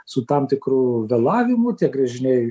su tam tikru vėlavimu tie gręžiniai